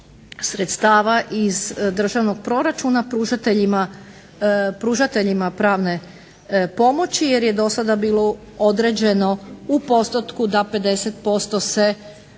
sredstava iz državnog proračuna pružateljima pravne pomoći, jer je do sada bilo određeno u postotku da 50% se